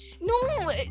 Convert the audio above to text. no